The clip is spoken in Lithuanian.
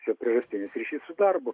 šio priežastinis ryšys su darbu